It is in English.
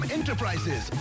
Enterprises